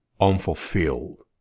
unfulfilled